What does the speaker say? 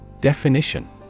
Definition